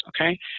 Okay